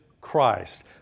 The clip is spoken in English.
Christ